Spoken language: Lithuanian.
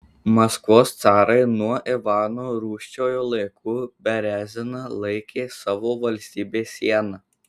maskvos carai nuo ivano rūsčiojo laikų bereziną laikė savo valstybės siena